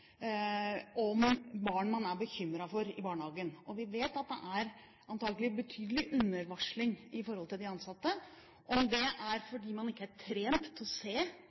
om barn i barnehage som man er bekymret for. Vi vet at det antakelig er betydelig undervarsling blant de ansatte. Om det er fordi man ikke er trent til å se